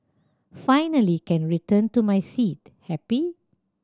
finally can return to my seat happy